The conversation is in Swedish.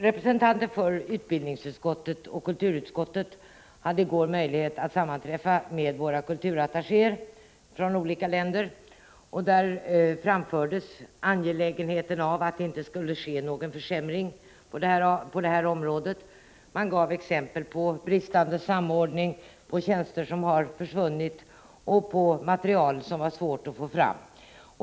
Representanter för utbildningsutskottet och kulturutskottet hade i går möjlighet att sammanträffa med våra kulturattachéer i olika länder, och då framfördes synpunkter om angelägenheten av att det inte skulle ske någon förändring på detta område. Det gavs exempel på bristande samordning, på tjänster som har försvunnit och på material som var svårt att få fram.